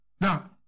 Now